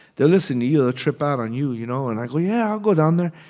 they'll listen to you. they'll trip out on you, you know. and i go, yeah, i'll go down there.